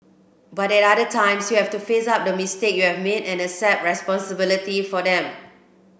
but at other times you have to face up to the mistakes you have made and accept responsibility for them